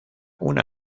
una